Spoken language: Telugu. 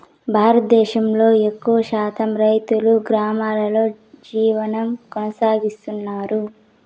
భారతదేశంలో ఎక్కువ శాతం రైతులు గ్రామాలలో జీవనం కొనసాగిస్తన్నారు